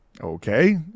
okay